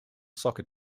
soccer